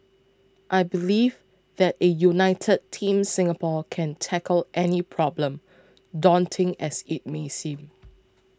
I believe that a united Team Singapore can tackle any problem daunting as it may seem